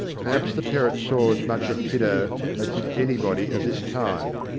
perhaps the perrotts saw as much of kiddo as did any body at this time.